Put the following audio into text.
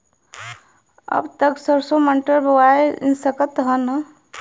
अब त सरसो मटर बोआय सकत ह न?